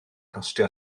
costio